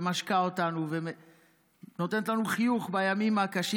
משקה אותנו ונותנת לנו חיוך בימים הקשים.